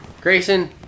Grayson